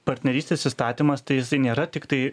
partnerystės įstatymas tai jisai nėra tiktai